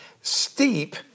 steep